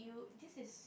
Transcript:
this is